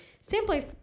simply